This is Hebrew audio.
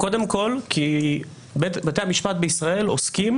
קודם כל כי בתי המשפט בישראל עוסקים